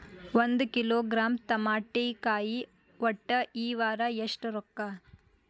ಒಂದ್ ಕಿಲೋಗ್ರಾಂ ತಮಾಟಿಕಾಯಿ ಒಟ್ಟ ಈ ವಾರ ಎಷ್ಟ ರೊಕ್ಕಾ?